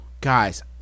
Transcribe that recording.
Guys